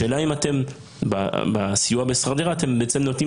השאלה אם בסיוע בשכר דירה אתם בעצם נותנים